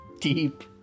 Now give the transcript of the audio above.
Deep